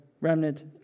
remnant